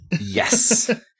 Yes